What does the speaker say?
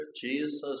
Jesus